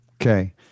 Okay